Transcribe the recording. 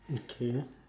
okay